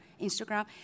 instagram